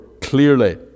clearly